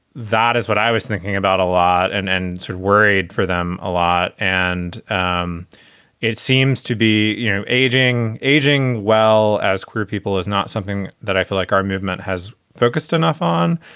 that is what i was thinking about a lot and and sort of worried for them a lot. and um it seems to be, you know, aging, aging well as queer people is not something that i feel like our movement has focused enough on,